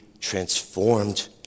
transformed